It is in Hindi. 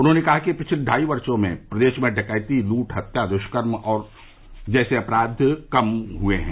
उन्होंने कहा कि पिछले ढाई वर्षो में प्रदेश में डकैती लूट हत्या दुष्कर्म जैसे अपराध तेजी से कम हुए हैं